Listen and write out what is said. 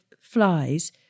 flies